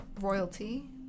Royalty